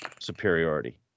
superiority